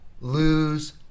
lose